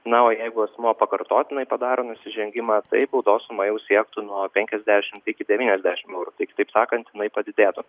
na o jeigu asmuo pakartotinai padaro nusižengimą tai baudos suma jau siektų nuo penkiasdešimt iki devyniasdešimt eurų kitaip sakant jinai padidėtų